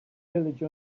village